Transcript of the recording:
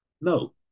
No